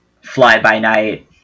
fly-by-night